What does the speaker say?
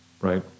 Right